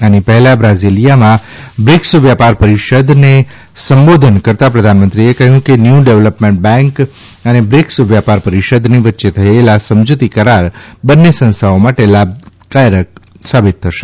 આની પહેલા બ્રાઝીલીયામાં બ્રિક્સ વ્યાપાર પરિષદને સંબોધન કરતાં પ્રધાનમંત્રીએ કહ્યું કે ન્યુ ડેવલપમેન્ટ બેન્ક અને બ્રિક્સ વ્યાપાર પરિષદની વચ્ચે થયેલા સમજૂતી કરાર બન્ને સંસ્થાઓ માટે લાભદાયક સાબિત થશે